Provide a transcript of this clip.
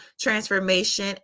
transformation